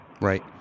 right